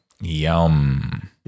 Yum